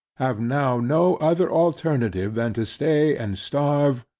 have now, no other alternative than to stay and starve,